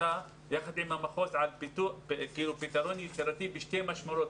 יחד עם המחוז על פתרון יצירתי בשתי משמרות,